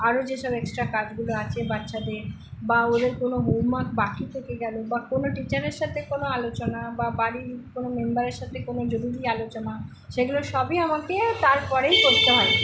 আরো যে সব এক্সট্রা কাজগুলো আছে বাচ্চাদের বা ওদের কোনো হোম ওয়ার্ক বাকি থেকে গেল বা কোনো টিচারের সাথে কোনো আলোচনা বা বাড়ির কোনো মেম্বারের সাথে কোনো জরুরি আলোচনা সেগুলো সবই আমাকে তারপরেই করতে হয়